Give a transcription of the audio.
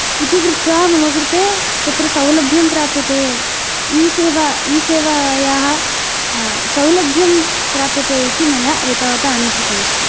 इति कृत्वा मम कृते तत्र सौलभ्यं प्राप्यते ई सेवा ई सेवायाः सौलभ्यं प्राप्यते इति मया एतावता अनुभूतमस्ति